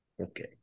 Okay